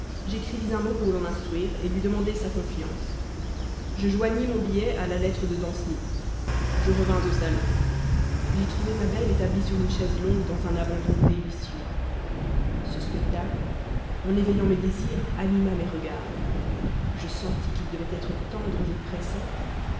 j'écrivis un mot pour l'en instruire lui demander sa confiance je joignis mon billet à la lettre de danceny je revins au salon j'y trouvais ma belle établie sur une chaise longue dans un abandon délicieux ce spectacle en éveillant mes désirs anima mes regards je sentis qu'ils devaient être tendres pressants